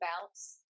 bounce